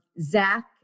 Zach